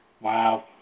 Wow